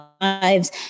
lives